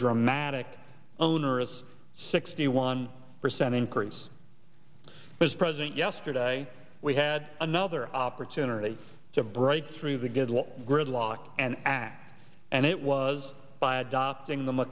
dramatic onerous sixty one percent increase but as president yesterday we had another opportunity to break through the good law gridlock and act and it was by adopting the